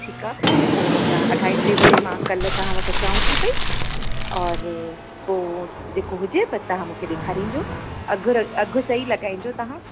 ठीकु आहे पोइ असां अढाई टी बजे मां कल्ह तव्हां वटि अचांव थी पई और पोइ जेको हुजेव तव्हां मूंखे ॾेखारीजो अघि र अघि सही लॻा़इजो तव्हां